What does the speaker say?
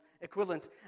equivalent